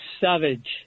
savage